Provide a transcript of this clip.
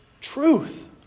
truth